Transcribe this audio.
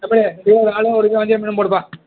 தம்பி ஒரு கிலோ இறாலும் ஒரு கிலோ வஞ்சிரம் மீனும் போடுப்பா